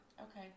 Okay